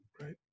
right